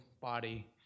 body